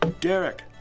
Derek